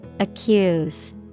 Accuse